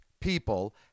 people